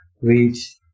reach